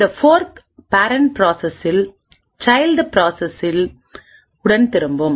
இந்த fork parent ப்ராசஸில் child ப்ராசஸின் பி ஐடி உடன் திரும்பும்